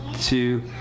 two